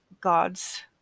gods